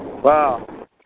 Wow